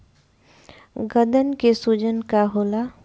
गदन के सूजन का होला?